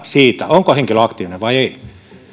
siitä onko henkilö aktiivinen vai ei